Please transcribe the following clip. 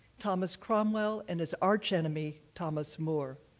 thomas cromwell and his archenemy thomas more.